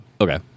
okay